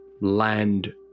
land